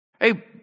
Hey